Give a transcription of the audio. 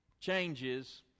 changes